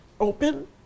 open